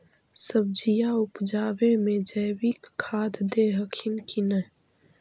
सब्जिया उपजाबे मे जैवीक खाद दे हखिन की नैय?